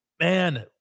man